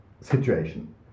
situation